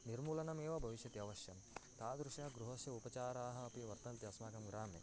निर्मूलनमेव भविष्यति अवश्यं तादृशं गृहस्य उपचाराः अपि वर्तन्ते अस्माकं ग्रामे